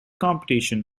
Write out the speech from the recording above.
competition